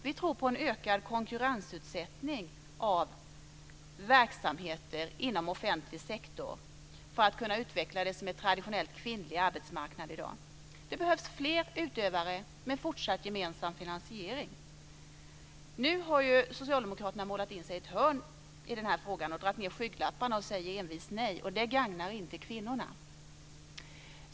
Vi tror på en ökad konkurrensutsättning av verksamheter inom offentlig sektor för möjligheterna att utveckla det som i dag är tradionellt kvinnlig arbetsmarknad. Det behövs fler aktörer, med en fortsatt gemensam finansiering. Socialdemokraterna har i den här frågan målat in sig i ett hörn, satt på sig skygglappar och säger envist nej. Detta gagnar inte kvinnorna.